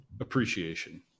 appreciation